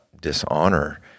dishonor